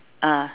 ah